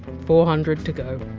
four hundred to go